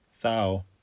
thou